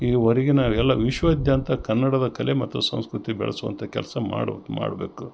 ಈ ಹೊರಗಿನ ಎಲ್ಲ ವಿಶ್ವದಾದ್ಯಂತ ಕನ್ನಡದ ಕಲೆ ಮತ್ತು ಸಂಸ್ಕೃತಿ ಬೆಳಸುವಂಥ ಕೆಲಸ ಮಾಡು ಮಾಡ್ಬೇಕು